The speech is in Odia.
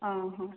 ହଁ ହଁ